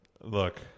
Look